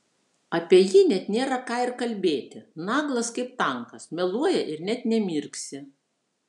apie jį net nėra ką ir kalbėti naglas kaip tankas meluoja ir net nemirksi